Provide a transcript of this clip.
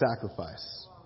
sacrifice